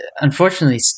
unfortunately